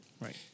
Right